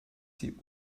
sie